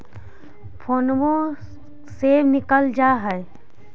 फोनवो से निकल जा है?